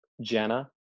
Jenna